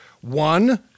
one